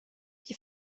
die